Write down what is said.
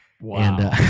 Wow